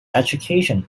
education